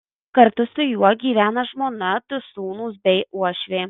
kartu su juo gyvena žmona du sūnūs bei uošvė